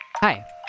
Hi